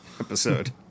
episode